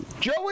Joey